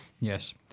Yes